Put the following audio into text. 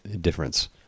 difference